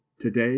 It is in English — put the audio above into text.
today